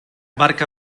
barca